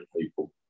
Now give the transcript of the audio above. people